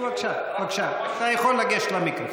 בבקשה, אתה יכול לגשת למיקרופון.